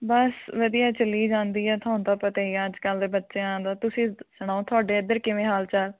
ਬਸ ਵਧੀਆ ਚਲੀ ਜਾਂਦੀ ਹੈ ਤੁਹਾਨੂੰ ਤਾਂ ਪਤਾ ਹੀ ਆ ਅੱਜ ਕੱਲ੍ਹ ਦੇ ਬੱਚਿਆਂ ਦਾ ਤੁਸੀਂ ਸੁਣਾਉ ਤੁਹਾਡੇ ਇੱਧਰ ਕਿਵੇਂ ਹਾਲ ਚਾਲ